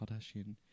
Kardashian